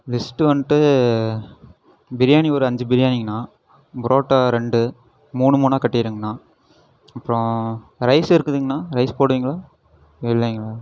list வந்துட்டு பிரியாணி ஒரு அஞ்சு பிரியாணிங்ணா புரோட்டா ரெண்டு மூணு மூணாக கட்டிடுங்ணா அப்புறம் ரைஸ்ஸு இருக்குதுங்ணா ரைஸ் போடுவிங்களா இல்லைங்களா